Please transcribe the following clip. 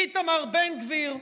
איתמר בן גביר,